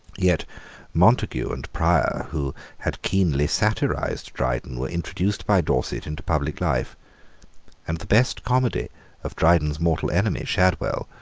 yet montague and prior, who had keenly satirised dryden, were introduced by dorset into public life and the best comedy of dryden's mortal enemy, shadwell,